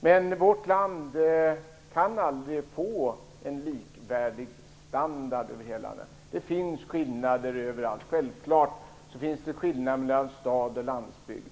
Men vårt land kan aldrig få en likvärdig standard. Det finns skillnader överallt. Självfallet finns det skillnader mellan stad och landsbygd.